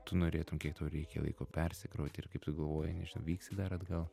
tu norėtum kiek tau reikia laiko persikrauti ir kaip tu galvoji nežinau vyksi dar atgal